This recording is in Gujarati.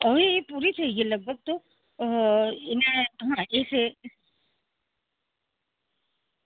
હવે એ પૂરી થઈ ગઈ લગભગ તો એના હા જે છે